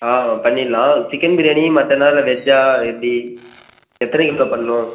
ஆ பண்ணிடலாம் சிக்கன் பிரியாணி மட்டனா இல்லை வெஜ்ஜா எப்படி எத்தனை கிலோ பண்ணணும்